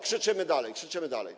Krzyczmy dalej, krzyczymy dalej.